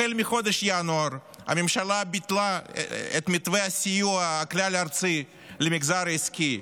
החל מחודש ינואר הממשלה ביטלה את מתווה הסיוע הכלל-ארצי למגזר העסקי.